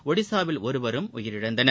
ஒடிஷாவில் ஒருவரும் உயிரிழந்தனர்